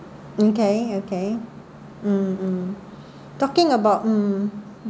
okay okay mm mm talking about mm